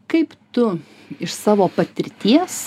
kaip tu iš savo patirties